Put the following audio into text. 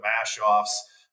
Mash-Offs